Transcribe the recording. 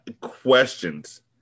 questions